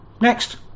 Next